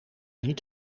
niet